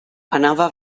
anava